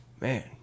Man